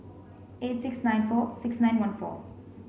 eight six nine four six nine one four